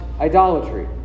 idolatry